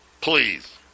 Please